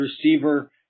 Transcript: receiver